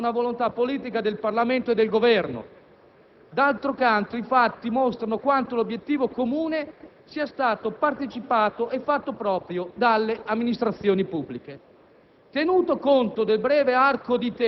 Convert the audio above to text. L'avvio del processo è stato segnato da una volontà politica del Parlamento e del Governo. D'altro canto, i fatti mostrano quanto l'obiettivo comune sia stato partecipato e fatto proprio dalle amministrazioni pubbliche.